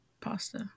pasta